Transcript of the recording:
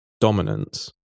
dominance